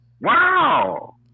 Wow